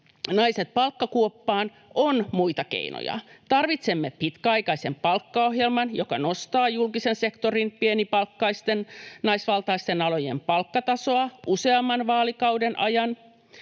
naiset palkkakuoppaan, on muita keinoja. Tarvitsemme pitkäaikaisen palkkaohjelman, joka nostaa julkisen sektorin pienipalkkaisten naisvaltaisten alojen palkkatasoa useamman vaalikauden ajan,